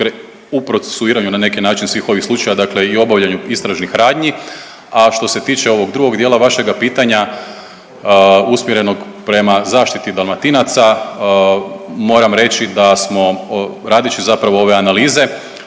u procesuiranju na neki način svih ovih slučaja i obavljanju istražnih radnji. A što se tiče ovog drugog dijela vašega pitanja usmjerenog prema zaštiti Dalmatinaca, moram reći da smo radeći zapravo ove analize